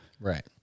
right